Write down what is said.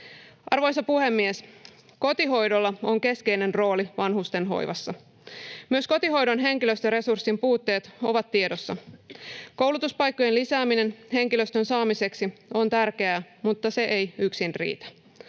Arvoisa puhemies! Kotihoidolla on keskeinen rooli vanhustenhoivassa. Myös kotihoidon henkilöstöresurssin puutteet ovat tiedossa. Koulutuspaikkojen lisääminen henkilöstön saamiseksi on tärkeää, mutta se ei yksin riitä.